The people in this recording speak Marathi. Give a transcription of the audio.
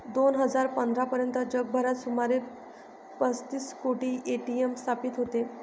दोन हजार पंधरा पर्यंत जगभरात सुमारे पस्तीस कोटी ए.टी.एम स्थापित होते